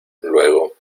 luego